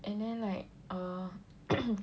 and then like err